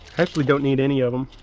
actually don't need any of them.